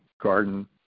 garden